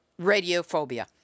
radiophobia